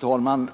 Herr talman!